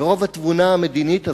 מרוב התבונה המדינית הזאת,